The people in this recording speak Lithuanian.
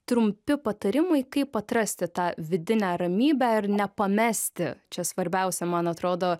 trumpi patarimai kaip atrasti tą vidinę ramybę ir nepamesti čia svarbiausia man atrodo